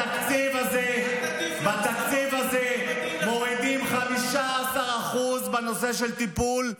בתקציב הזה מורידים 15% בנושא של טיפול,